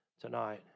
tonight